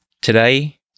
Today